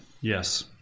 Yes